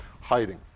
hiding